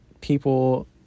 people